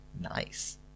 Nice